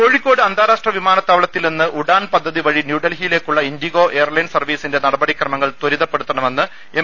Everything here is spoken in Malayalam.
കോഴിക്കോട്ട് അന്താരാഷ്ട്ര വിമാനത്താവളത്തിൽ നിന്ന് ഉഡാൻ പദ്ധതി വഴി ന്യൂഡൽഹിയിലേക്കുള്ള ഇൻഡിഗോ എയർലൈൻ സർവ്വീസിന്റെ നടപടിക്രമങ്ങൾ ത്വരിതപ്പെടു ത്തണമെന്ന് എം